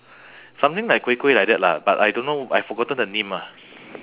something like kueh kueh like that lah but I don't know I forgotten the name ah